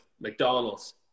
McDonald's